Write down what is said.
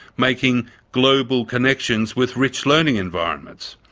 making global connections with rich learning environments.